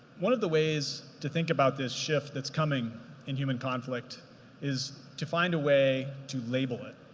one of the ways to think about this shift that's coming in human conflict is to find a way to label it.